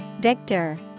Victor